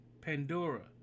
Pandora